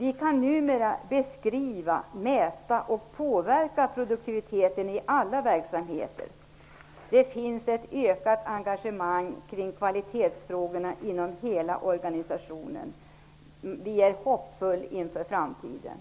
och kan numera beskriva, mäta och påverka produktiviteten i alla verksamheter. Det finns ett ökat engagemang kring kvalitetsfrågorna inom hela organisationen. Man är hoppfull inför framtiden.